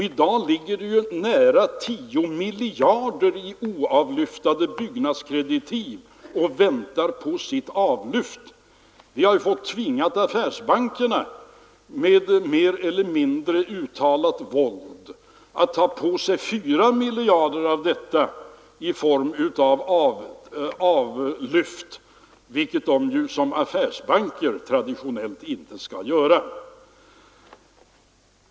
I dag ligger det nära 10 miljarder i oavlyftade byggnadskreditiv och väntar på avlyft. Vi har fått tvinga affärsbankerna, med mer eller mindre uttalat våld, att ta på sig 4 miljarder av detta belopp i form av avlyft, vilket de som affärsbanker traditionellt inte skall göra.